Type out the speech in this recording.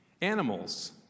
animals